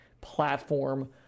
platform